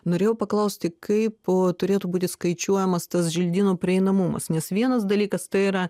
norėjau paklausti kaip turėtų būti skaičiuojamas tas želdynų prieinamumas nes vienas dalykas tai yra